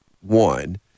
one